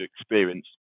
experience